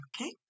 Okay